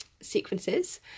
sequences